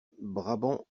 brabant